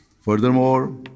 Furthermore